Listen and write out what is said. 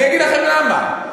אני אגיד לכם למה.